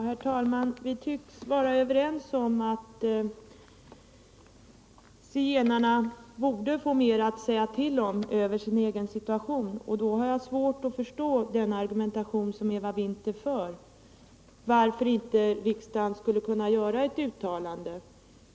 Herr talman! Vi tycks vara överens om att zigenarna borde få mer att säga till om när det gäller deras egen situation. Men då har jag svårt att förstå den argumentation som Eva Winther för och varför riksdagen inte skulle kunna göra ett uttalande.